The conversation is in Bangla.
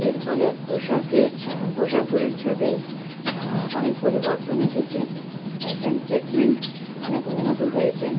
এর ফলে পোশাকে পোশাক পরিচ্ছদে অনেক পরিবর্তন এসেছে ফ্যাশন স্টেটমেন্ট অনেক উন্নত হয়েছে